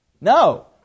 No